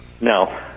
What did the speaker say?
No